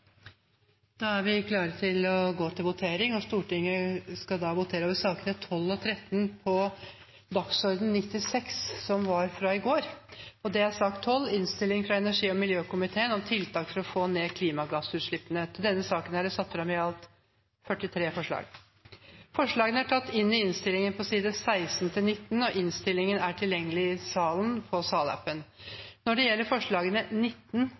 Da er vi klare til å gå til votering. Stortinget skal først votere over sakene nr. 12 og 13 på gårsdagens dagsorden, nr. 96. Under debatten er det satt fram i alt 43 forslag. Når det gjelder forslagene nr. 19